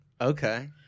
Okay